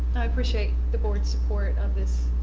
i appreciate the boards support of this,